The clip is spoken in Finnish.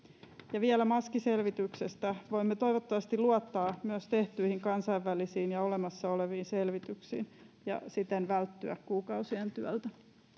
ja vielä maskiselvityksestä voimme toivottavasti luottaa myös tehtyihin kansainvälisiin ja olemassa oleviin selvityksiin ja siten välttyä kuukausien työltä